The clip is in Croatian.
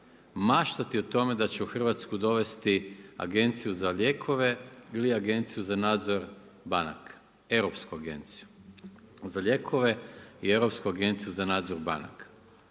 maštati o tome da će u Hrvatsku dovesti agenciju za lijekove ili Agenciju za nadzor banka, Europsku agenciju za lijekove i Europsku agenciju za nadzor banka?